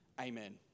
Amen